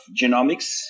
genomics